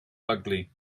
ugly